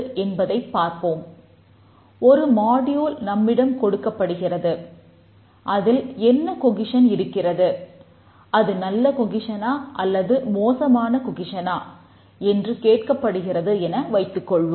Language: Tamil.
என்று கேட்கப்படுகிறது என வைத்துக்கொள்வோம்